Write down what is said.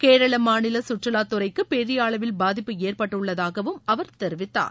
கேரள மாநில சுற்றுவாத் துறைக்கு பெரிய அளவில் பாதிப்பு ஏற்பட்டுள்ளதாகவும் அவர் தெரிவித்தார்